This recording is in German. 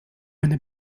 eine